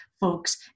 folks